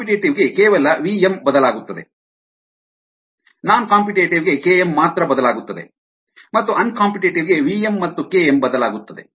competitive ಗೆ ಕೇವಲ v m ಬದಲಾಗುತ್ತದೆ ಸ್ಪ ನಾನ್ ಕಾಂಪಿಟೇಟಿವ್ ಗೆ k m ಮಾತ್ರ ಬದಲಾಗುತ್ತದೆ ಮತ್ತು ಅನ್ ಕಾಂಪಿಟೇಟಿವ್ ಗೆ v m ಮತ್ತು k m ಬದಲಾಗುತ್ತದೆ